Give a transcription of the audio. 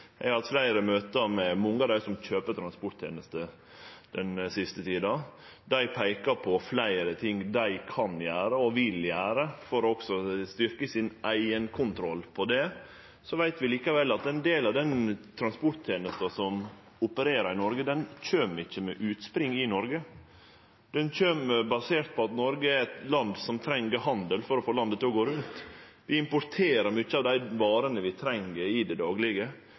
Eg har den siste tida hatt fleire møte med mange av dei som kjøper transporttenester. Dei peikar på fleire ting dei kan gjere, og vil gjere, for også å styrkje sin eigen kontroll av det. Vi veit likevel at ein del av den transporttenesta som opererer i Noreg, ikkje har utspring i Noreg. Ho er basert på at Noreg er eit land som treng handel for å få landet til å gå rundt. Vi importerer mange av dei varene vi treng i det daglege.